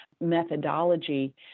methodology